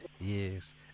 yes